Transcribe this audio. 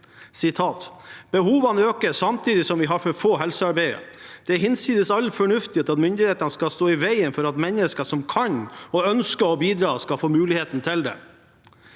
Behovene øker, samtidig som vi har for få helsearbeidere. Det er hinsides all fornuft at myndighetene skal stå i veien for at mennesker som kan og ønsker å bidra, skal få muligheten til det.